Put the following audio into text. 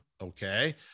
Okay